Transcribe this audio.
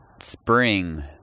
spring